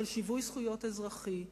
של שיווי זכויות אזרחי ולאומי,